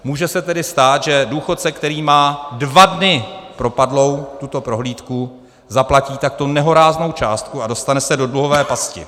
Může se tedy stát, že důchodce, který má dva dny propadlou tuto prohlídku, zaplatí takto nehoráznou částku a dostane se do dluhové pasti.